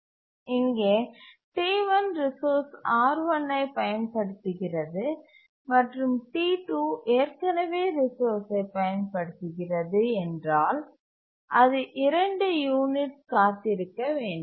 இங்கே T1 resource R1 ஐப் பயன்படுத்துகிறது மற்றும் T2 ஏற்கனவே ரிசோர்ஸ்சை பயன்படுத்துகிறது என்றால் அது 2 யூனிட்ஸ் காத்திருக்க வேண்டும்